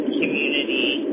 community